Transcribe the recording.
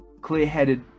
clear-headed